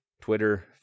Twitter